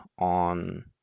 on